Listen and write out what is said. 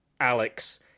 Alex